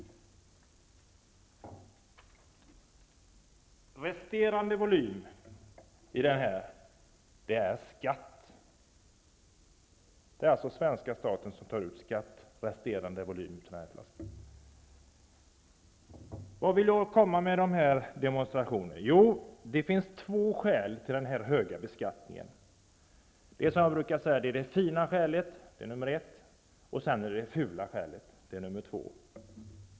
Resterande volym i flaskan är skatt, som svenska staten alltså tar ut. Vart vill jag komma med den här demonstrationen? Jo, det finns två skäl till den höga beskattningen. Det är det fina skälet, som är nummer ett, och det är det fula skälet, som är nummer två.